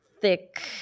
thick